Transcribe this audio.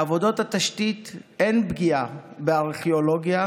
בעבודות התשתית אין פגיעה בארכיאולוגיה,